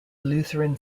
lutheran